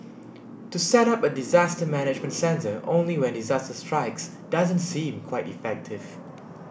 to set up a disaster management centre only when disaster strikes doesn't seem quite effective